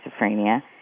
schizophrenia